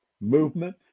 movement